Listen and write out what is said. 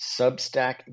Substack